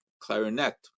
clarinet